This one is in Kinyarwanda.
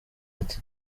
ati